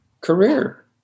career